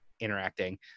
interacting